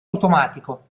automatico